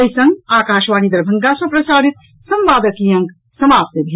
एहि संग आकाशवाणी दरभंगा सँ प्रसारित संवादक ई अंक समाप्त भेल